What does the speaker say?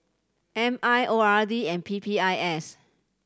M I O R D and P P I S